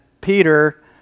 Peter